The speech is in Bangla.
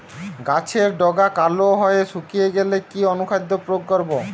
গাছের ডগা কালো হয়ে শুকিয়ে গেলে কি অনুখাদ্য প্রয়োগ করব?